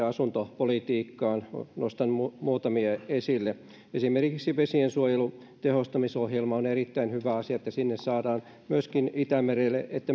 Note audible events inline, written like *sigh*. *unintelligible* asuntopolitiikkaan nostan muutamia esille esimerkiksi vesiensuojelun tehostamisohjelma on erittäin hyvä asia että saadaan itämerelle ja